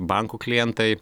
bankų klientai